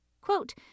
Quote